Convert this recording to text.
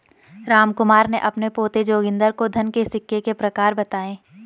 रामकुमार ने अपने पोते जोगिंदर को धन के सिक्के के प्रकार बताएं